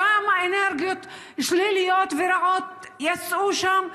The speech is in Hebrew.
כמה אנרגיות שליליות ורעות יצאו שם?